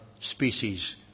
species